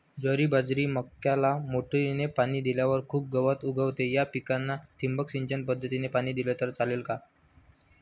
ज्वारी, बाजरी, मक्याला मोटरीने पाणी दिल्यावर खूप गवत उगवते, या पिकांना ठिबक सिंचन पद्धतीने पाणी दिले तर चालेल का?